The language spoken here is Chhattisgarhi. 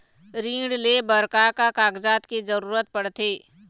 ऋण ले बर का का कागजात के जरूरत पड़थे?